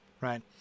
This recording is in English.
right